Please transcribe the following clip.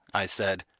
i said.